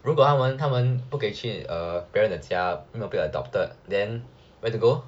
如果他们他们不可以去别人的家没有被 adopted then where to go